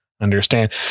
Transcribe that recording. understand